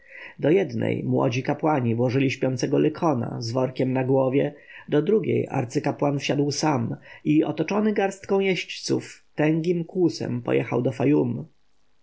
do jednej młodzi kapłani włożyli śpiącego lykona z workiem na głowie do drugiej arcykapłan wsiadł sam i otoczony garstką jeźdźców tęgim kłusem pojechał do